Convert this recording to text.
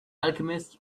alchemist